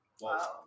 Wow